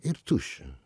ir tuščia